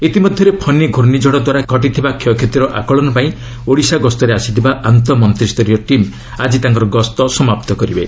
ଇତିମଧ୍ୟରେ ଫନି ଘର୍ଣ୍ଣିଝଡ଼ ଦ୍ୱାରା ଘଟିଥିବା କ୍ଷୟକ୍ଷତିର ଆକଳନ ପାଇଁ ଓଡ଼ିଶା ଗସ୍ତରେ ଆସିଥିବା ଆନ୍ତଃମନ୍ତିସ୍ତରୀୟ ଟିମ୍ ଆଜି ତାଙ୍କର ଗସ୍ତ ସମାପ୍ତ କରିବେ